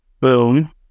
boom